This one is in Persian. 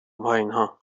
پایینها